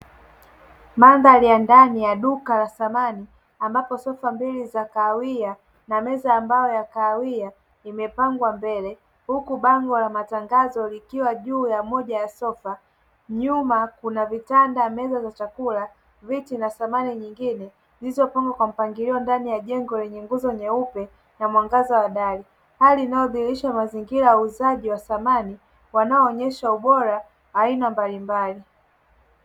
Mandhali ya ndani ya duka la samani ambapo sofa mbili za kahawia na meza ya mbao ya kahawia imepangwa mbele huku bango la matangazo likiwa juu ya moja ya sofa. Nyuma kuna vitanda, meza za chakula, viti na samani nyingine zilizopangwa kwa mpangilio ndani ya jengo lenye nguzo nyeupe na mwangaza wa dali. Hali inayodhihirisha mazingira ya uuzaji wa samani wanaoonyesha ubora aina mbalimbali.